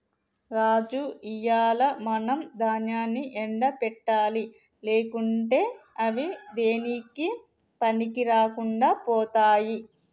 రాజు ఇయ్యాల మనం దాన్యాన్ని ఎండ పెట్టాలి లేకుంటే అవి దేనికీ పనికిరాకుండా పోతాయి